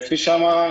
כפי שאמר רני,